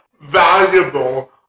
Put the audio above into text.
valuable